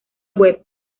web